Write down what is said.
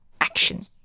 action